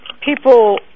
people